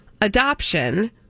adoption